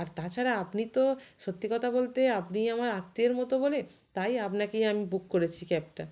আর তাছাড়া আপনি তো সত্যি কতা বলতে আপনি আমার আত্মীয়ের মতো বলে তাই আপনাকেই আমি বুক করেছি ক্যাবটা